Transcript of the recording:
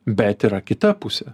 bet yra kita pusė